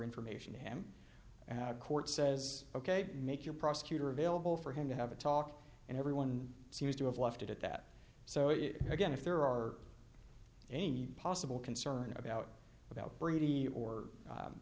information to him and a court says ok make your prosecutor available for him to have a talk and everyone seems to have left it at that so it again if there are a need possible concern about about brady or